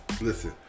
listen